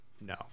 No